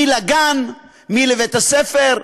מי לגן, מי לבית-הספר,